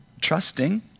Trusting